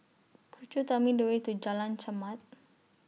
Could YOU Tell Me The Way to Jalan Chermat